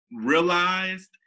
realized